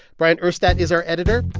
bryant urstadt is our editor.